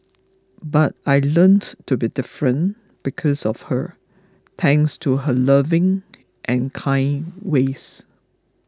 but I learnt to be different because of her thanks to her loving and kind ways